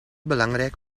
belangrijk